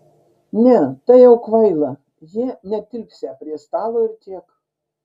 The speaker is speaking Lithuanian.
ne tai jau kvaila jie netilpsią prie stalo ir tiek